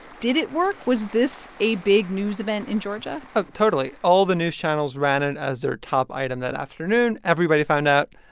did it work? was this a big news event in georgia? oh, totally. all the news channels ran it as their top item that afternoon. everybody found out.